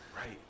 Right